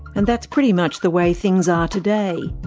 and that's pretty much the way things are today.